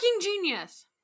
genius